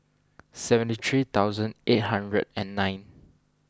seventy three thousand eight hundred and nine